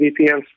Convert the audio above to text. VPNs